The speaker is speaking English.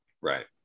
Right